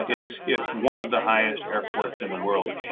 it's it's one of the highest airports in the world.